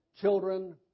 children